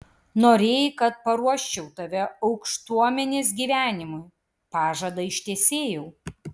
norėjai kad paruoščiau tave aukštuomenės gyvenimui pažadą ištesėjau